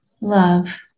love